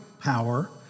power